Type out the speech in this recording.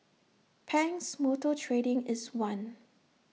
Pang's motor trading is one